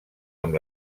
amb